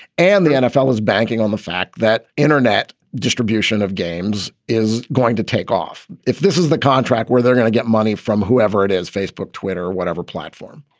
and the nfl is banking on the fact that internet distribution of games is going to take off. if this is the contract where they're going to get money from, whoever it is, facebook, twitter or whatever platform